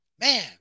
man